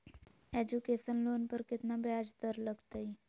Education loan पर केतना ब्याज दर लगतई?